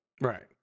Right